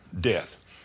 death